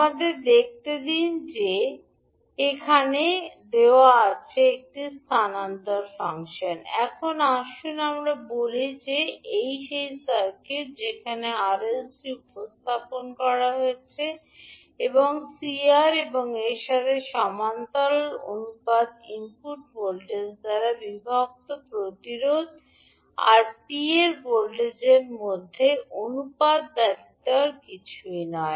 আমাদের দেখতে দিন যে সেখানে দেওয়া আছে একটি স্থানান্তর ফাংশন এখন আসুন আমরা বলি যে এটি সেই সার্কিট যেখানে এল এবং সি উপস্থাপন করা হয়েছে এবং সি আর এবং এর সাথে সমান্তরাল অনুপাত 𝑉0 𝑠 ইনপুট ভোল্টেজ দ্বারা বিভক্ত প্রতিরোধ আর পের ভোল্টেজের মধ্যে অনুপাত ব্যতীত আর কিছুই নয়